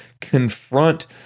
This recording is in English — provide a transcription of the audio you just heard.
confront